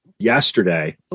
yesterday